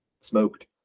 smoked